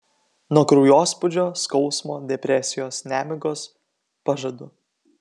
nuo kraujospūdžio skausmo depresijos nemigos pažadu